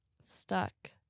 stuck